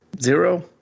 zero